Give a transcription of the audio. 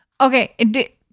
Okay